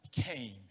came